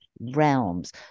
realms